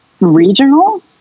regional